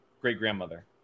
great-grandmother